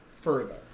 further